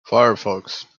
firefox